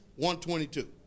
1.22